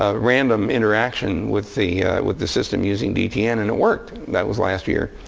ah random interaction with the with the system using dtn. and it worked. that was last year.